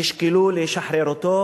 ישקלו לשחרר אותו,